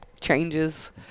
changes